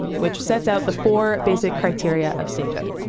which sets out the four basic criteria of statehood.